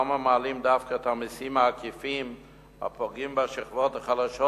למה מעלים דווקא את המסים העקיפים הפוגעים בשכבות החלשות?